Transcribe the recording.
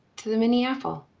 to the mini-apple.